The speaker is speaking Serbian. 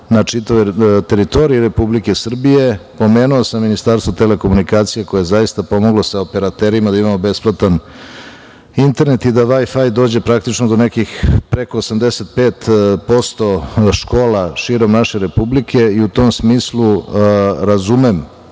na čitavoj teritoriji Republike Srbije. Pomenuo sam Ministarstvo telekomunikacija koje je zaista pomoglo sa operaterima da imamo besplatan internet i da vaj-faj dođe praktično do nekih 85% škola širom naše Republike i u tom smislu razumem